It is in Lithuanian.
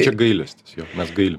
čia gailestis jo mes gailim